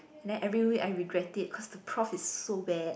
and then every week I regret it cause the prof is so bad